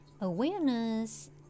awareness